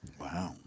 Wow